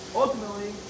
ultimately